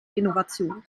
innovationen